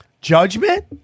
judgment